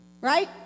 Right